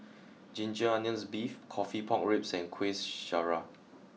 Ginger Onions Beef Coffee Pork Ribs and Kueh Syara